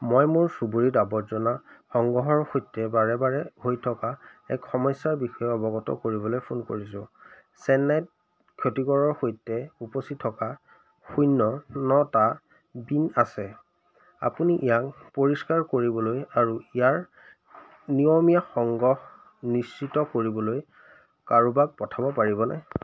মই মোৰ চুবুৰীত আৱৰ্জনা সংগ্ৰহৰ সৈতে বাৰে বাৰে হৈ থকা এক সমস্যাৰ বিষয়ে অৱগত কৰিবলৈ ফোন কৰিছোঁ চেন্নাইত ক্ষতিকৰৰ সৈতে উপচি থকা শূন্য নটা বিন আছে আপুনি ইয়াক পৰিষ্কাৰ কৰিবলৈ আৰু ইয়াৰ নিয়মীয়া সংগ্ৰহ নিশ্চিত কৰিবলৈ কাৰোবাক পঠাব পাৰিবনে